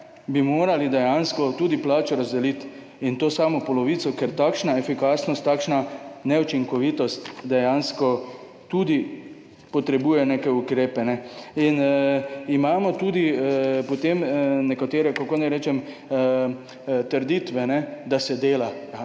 bi morali dejansko tudi plače razdeliti in to samo polovica, ker takšna efikasnost, takšna neučinkovitost, dejansko tudi potrebuje neke ukrepe in imamo tudi potem nekatere, kako naj rečem, trditve, da se dela.